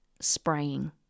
spraying